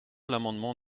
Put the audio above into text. l’amendement